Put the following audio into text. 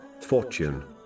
fortune